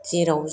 जेराव